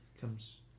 comes